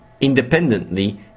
independently